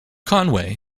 conway